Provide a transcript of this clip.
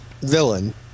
villain